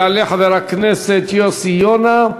יעלה חבר הכנסת יוסי יונה,